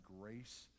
grace